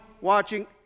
watching